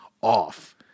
off